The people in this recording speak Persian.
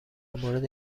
مورد